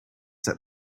that